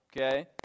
okay